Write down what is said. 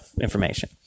information